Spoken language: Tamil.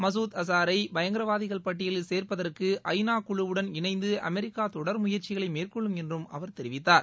மசூத் அசாரை பயங்கரவாதிகள் பட்டியலில் கேர்ப்பதற்கு ஐநா குழுவுடன் இணைந்து அமெரிக்கா தொடர் முயற்சிகளை மேற்கொள்ளும் என்றும் அவர் தெரிவித்தார்